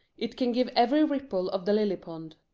it can give every ripple of the lily-pond.